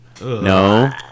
No